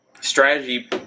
strategy